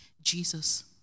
Jesus